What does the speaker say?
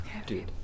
okay